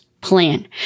plan